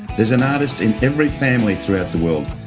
there's an artist in every family throughout the world.